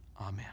Amen